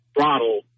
throttle